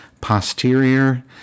posterior